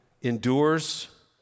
endures